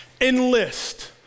enlist